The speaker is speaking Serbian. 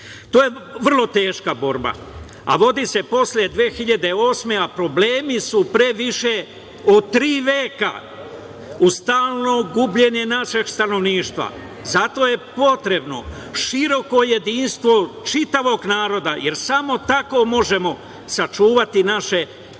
To je vrlo teška borba, a vodi se posle 2008. godine, a problemi su pre više od tri veka, uz stalno gubljenje našeg stanovništva. Zato je potrebno široko jedinstvo čitavog naroda, jer samo tako možemo sačuvati naše interese